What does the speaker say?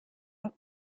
los